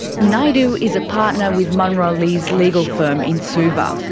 naidu is a partner with munro leys legal firm in suva,